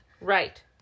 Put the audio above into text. Right